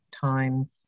times